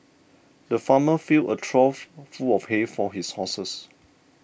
the farmer filled a trough full of hay for his horses